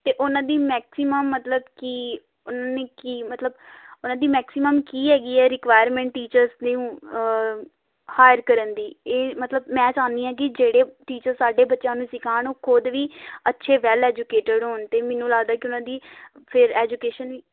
ਅਤੇ ਉਹਨਾਂ ਦੀ ਮੈਕਸੀਮਮ ਮਤਲਬ ਕਿ ਉੱਨੀ ਇੱਕੀ ਮਤਲਬ ਉਹਨਾਂ ਦੀ ਮੈਕਸੀਮਮ ਕੀ ਹੈਗੀ ਹੈ ਰਿਕੁਆਇਰਮੈਂਟ ਟੀਚਰਸ ਨੂੰ ਹਾਇਰ ਕਰਨ ਦੀ ਇਹ ਮਤਲਬ ਮੈਂ ਚਾਹੁੰਦੀ ਹਾਂ ਕਿ ਜਿਹੜੇ ਟੀਚਰ ਸਾਡੇ ਬੱਚਿਆਂ ਨੂੰ ਸਿਖਾਉਣ ਓਹ ਖੁਦ ਵੀ ਅੱਛੇ ਵੈੱਲ ਐਡੂਕੇਟਿਡ ਹੋਣ ਅਤੇ ਮੈਨੂੰ ਲੱਗਦਾ ਕਿ ਉਹਨਾਂ ਦੀ ਫਿਰ ਐਜੂਕੇਸ਼ਨ